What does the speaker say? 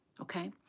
Okay